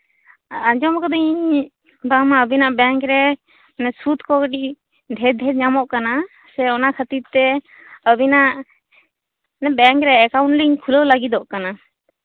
ᱟᱸᱡᱚᱢ ᱠᱟᱫᱟᱧ ᱵᱟᱝᱢᱟ ᱟᱵᱤᱱᱟᱜ ᱵᱮᱝᱠᱨᱮ ᱥᱩᱫ ᱠᱚ ᱠᱟᱹᱴᱤᱡ ᱰᱷᱮᱨ ᱰᱷᱮᱨ ᱧᱟᱢᱚᱜ ᱠᱟᱱᱟ ᱥᱮ ᱚᱱᱟ ᱠᱷᱟᱹᱛᱤᱨᱛᱮ ᱟᱹᱵᱤᱱᱟᱜ ᱵᱮᱝᱠᱨᱮ ᱮᱠᱟᱩᱱᱴ ᱞᱤᱧ ᱠᱷᱩᱞᱟᱹᱣ ᱞᱟᱹᱜᱤᱫᱚᱜ ᱠᱟᱱᱟ